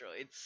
droids